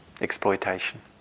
Exploitation